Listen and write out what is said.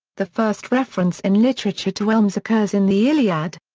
the first reference in literature to elms occurs in the iliad.